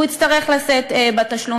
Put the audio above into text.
הוא יצטרך לשאת בתשלום.